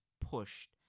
pushed